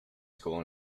school